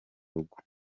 rugo